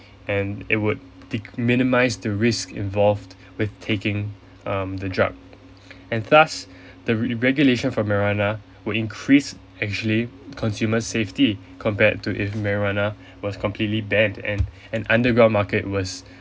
and it would de~ minimise the risk involve with taking um the drug and thus the re~ regulation for marijuana will increase actually consumers safety compared to if marijuana was completely banned and an underground market was